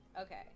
Okay